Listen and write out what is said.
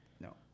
No